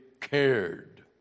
cared